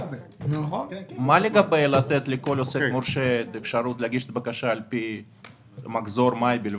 מה לגבי אפשרות להגיש בקשה על פי מחזור מאי בלבד,